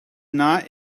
not